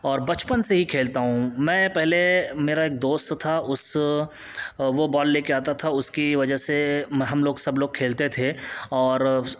اور بچپن سے ہی کھیلتا ہوں میں پہلے میرا ایک دوست تھا اس وہ بال لے کے آتا تھا اس کی وجہ سے ہم لوگ سب لوگ کھیلتے تھے اور